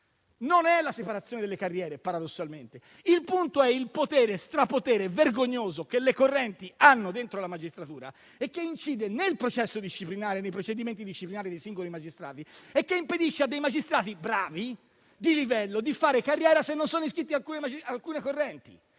non è la separazione delle carriere, paradossalmente, ma il potere e lo strapotere vergognoso che le correnti hanno dentro la magistratura, che incidono nei procedimenti disciplinari dei singoli magistrati e che impediscono a magistrati bravi e di livello di fare carriera, se non sono iscritti ad alcune correnti.